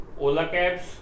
Olacaps